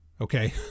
okay